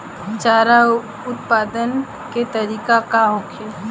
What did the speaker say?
चारा उत्पादन के तकनीक का होखे?